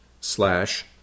slash